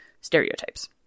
stereotypes